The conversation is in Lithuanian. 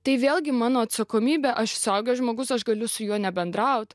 tai vėlgi mano atsakomybė aš suaugęs žmogus aš galiu su juo nebendrauti